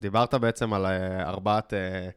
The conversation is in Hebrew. דיברת בעצם על ארבעת...